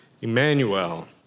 Emmanuel